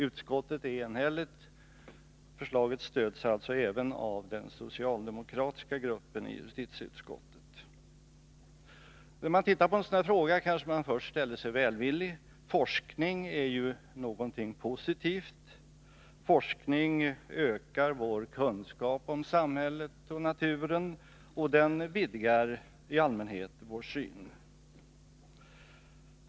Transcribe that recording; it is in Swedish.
Utskottet är enhälligt. Förslaget stöds alltså även av den socialdemokratiska gruppen i justitieutskottet. Då man tittar på en sådan här fråga kanske man först ställer sig välvillig. Forskning är ju något positivt. Forskning ökar vår kunskap om samhället och naturen, och den vidgar i allmänhet vår syn.